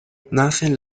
nacen